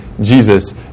Jesus